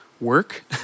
work